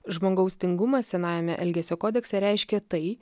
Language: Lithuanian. žmogaus tingumas senajame elgesio kodekse reiškia tai